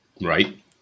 Right